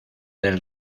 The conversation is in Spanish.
del